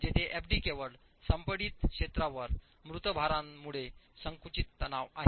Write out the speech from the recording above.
जेथेएफडीकेवळ संपीडित क्षेत्रावर मृतभारांमुळेसंकुचित तणाव आहे